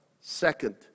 second